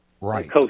right